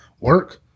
work